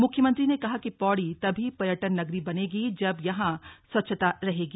मुख्यमंत्री ने कहा कि पौड़ी तभी पर्यटन नगरी बनेगी जब यहां स्वच्छता रहेगी